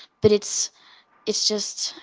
but it's it's just.